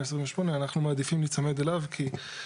שלום לכולם.